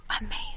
Amazing